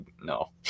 no